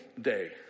day